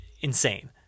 insane